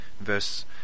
verse